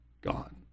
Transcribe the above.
gone